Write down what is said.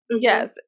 Yes